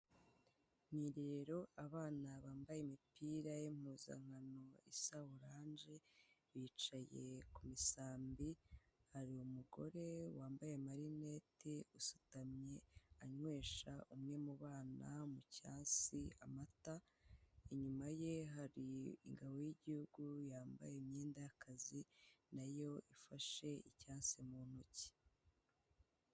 Ni irerero abana bambaye imipira mpuzankano isa oranje, bicaye ku bisambi, hari umugore wambaye amarinete usutamye anywesha umwe mu bana mu cyatsi amata, inyuma ye hari ingabo y'igihugu yambaye imyenda y'akazi nayo ifashe icyasi mu ntoki.